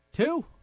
Two